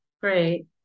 Great